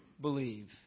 believe